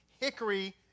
hickory